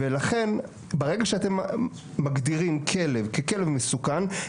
ולכן ברגע שאתם מגדירים כלב ככלב מסוכן,